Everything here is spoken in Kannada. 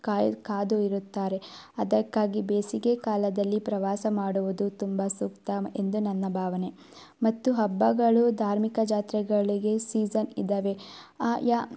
ಕಾಯಿ ಕಾದು ಇರುತ್ತಾರೆ ಅದಕ್ಕಾಗಿ ಬೇಸಿಗೆ ಕಾಲದಲ್ಲಿ ಪ್ರವಾಸ ಮಾಡುವುದು ತುಂಬ ಸೂಕ್ತ ಎಂದು ನನ್ನ ಭಾವನೆ ಮತ್ತು ಹಬ್ಬಗಳು ಧಾರ್ಮಿಕ ಜಾತ್ರೆಗಳಿಗೆ ಸೀಝನ್ ಇದ್ದಾವೆ ಆಯಾ